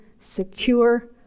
secure